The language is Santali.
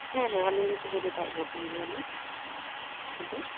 ᱦᱮᱸ ᱦᱮᱸ ᱟᱹᱞᱤᱧ ᱫᱚ ᱥᱩᱵᱷᱚᱡᱤᱛ ᱟᱡ ᱜᱚ ᱠᱟᱱ ᱜᱮᱭᱟᱞᱤᱧ ᱟᱫᱚ